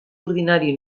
ordinari